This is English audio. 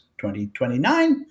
2029